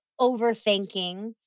overthinking